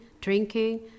drinking